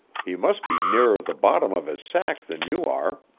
he must be nearer the bottom of his sack than you are.